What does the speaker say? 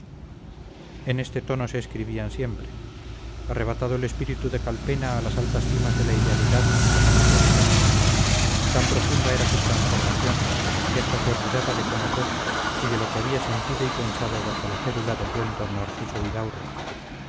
en este tono se escribían siempre arrebatado el espíritu de calpena a las altas cimas de la idealidad no conocía freno tan profunda era su transformación que hasta se olvidaba de cómo fue y de lo que había sentido y pensado bajo la férula del buen d narciso vidaurre